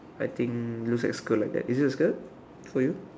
I think looks like skirt like that is it a skirt for you